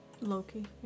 Loki